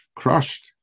crushed